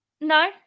No